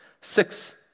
six